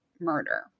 murder